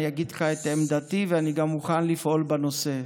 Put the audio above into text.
אני אגיד לך את עמדתי, ואני גם מוכן לפעול בנושא.